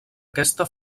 aquesta